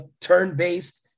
turn-based